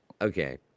okay